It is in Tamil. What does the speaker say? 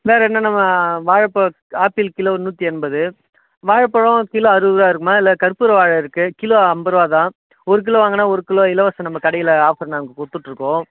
வேற என்னென்னம்மா வாழைப்பழம் ஆப்பிள் கிலோ நூற்றி எண்பது வாழப்பழம் கிலோ அறுபது ரூபா இருக்குதும்மா இல்லை கற்பூர வாழை இருக்குது கிலோ ஐம்பது ரூபா தான் ஒரு கிலோ வாங்கினா ஒரு கிலோ இலவசம் நம்ம கடையில் ஆஃபர் நாங்கள் கொடுத்துட்டு இருக்கோம்